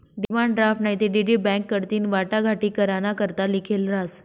demand draft नैते DD bank कडथीन वाटाघाटी कराना करता लिखेल रहास